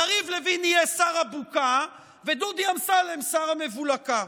יריב לוין יהיה שר הבוקה, ודודי אמסלם שר המבולקה.